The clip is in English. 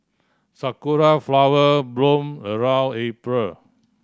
sakura flower bloom around April